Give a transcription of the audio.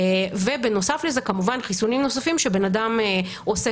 ובנוסף לזה כמובן חיסונים נוספים שאדם עושה